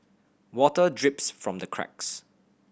water drips from the cracks